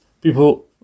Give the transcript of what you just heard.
people